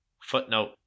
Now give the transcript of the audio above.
Footnote